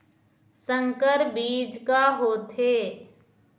संकर बीज का होथे?